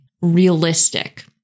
realistic